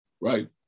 right